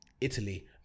Italy